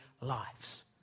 lives